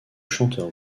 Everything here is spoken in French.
chanteur